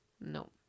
No